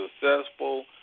successful